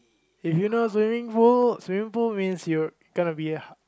if you know swimming pool swimming pool means you gonna be